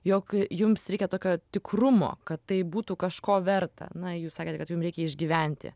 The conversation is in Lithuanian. jog jums reikia tokio tikrumo kad tai būtų kažko verta na jūs sakėt kad jum reikia išgyventi